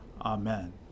Amen